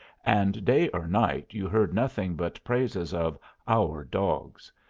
and day or night you heard nothing but praises of our dogs,